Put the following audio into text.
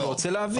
אני רוצה להבין.